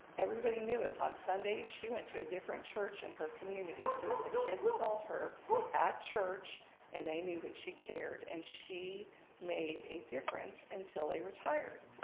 everybody knew it, on sundays she went to a different church in her community so that the kids saw her at church and they knew that she cared. and she made a difference until they retired.